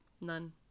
None